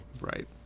Right